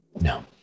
No